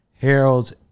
Harold's